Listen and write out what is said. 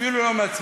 אפילו לא מעצמך.